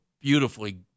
beautifully